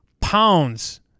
pounds